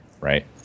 right